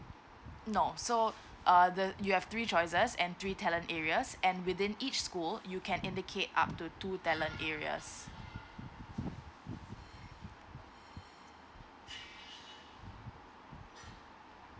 no so uh the you have three choices and three talent areas and within each school you can indicate up to two talent areas